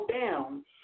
down